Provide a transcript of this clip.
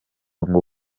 ngo